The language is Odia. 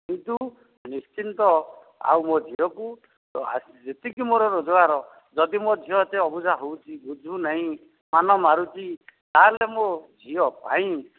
କିନ୍ତୁ ନିଶ୍ଚିତ ଆଉ ମୋ ଝିଅକୁ ତ ଯେତିକି ମୋର ରୋଜଗାର ଯଦି ମୋ ଝିଅ ଏତେ ଅବୁଝା ହେଉଛି ବୁଝୁ ନାହିଁ ମନ ମାରୁଚି ତା'ହେଲେ ମୋ ଝିଅ ପାଇଁ